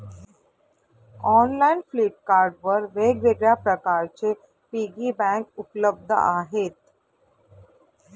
online Flipkart वर वेगवेगळ्या प्रकारचे पिगी बँक उपलब्ध आहेत